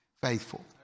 faithful